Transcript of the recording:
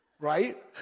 right